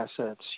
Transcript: assets